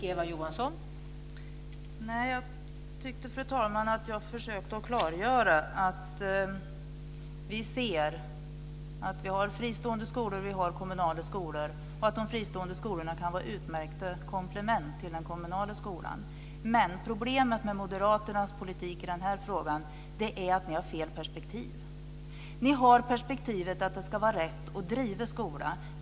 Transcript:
Fru talman! Jag tyckte att jag försökte klargöra att vi ser att det finns fristående skolor och kommunala skolor och att de fristående skolorna kan vara utmärkta komplement till den kommunala skolan. Problemet med Moderaternas politik i den här frågan är att de har fel perspektiv. De har perspektivet att det ska finnas en rätt att driva skola.